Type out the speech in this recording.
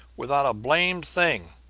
without a blamed thing